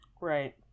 Right